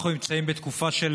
אנחנו נמצאים בתקופה של